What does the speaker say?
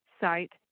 site